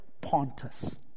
Pontus